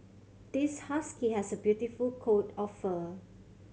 this husky has a beautiful coat of fur